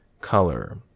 color